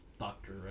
doctor